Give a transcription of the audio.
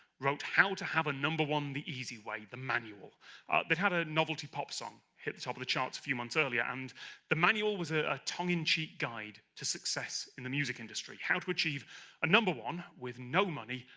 wrote how to have a number one the easy way the manual they ah but had a novelty pop song hit the top of the charts a few months earlier, and the manual was a a tongue-in-cheek guide to success in the music industry. how to achieve a number one, with no money,